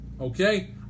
Okay